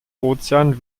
ozean